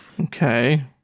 Okay